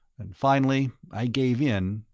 and finally i gave in,